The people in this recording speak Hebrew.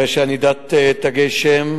הרי שענידת תגי שם